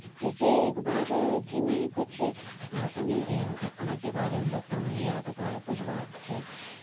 ऐसे एक बार कि मैं कुछ अपनी घटना के बारे में बताऊँगी यादगार कुछ बात है